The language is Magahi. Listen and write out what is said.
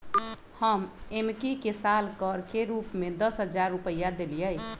हम एम्की के साल कर के रूप में दस हज़ार रुपइया देलियइ